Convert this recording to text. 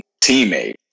teammate